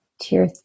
tier